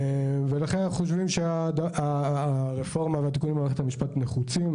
לכן אנחנו חושבים שהתיקונים ברפורמה ובמערכת המשפט הם נחוצים,